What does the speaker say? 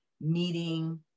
meeting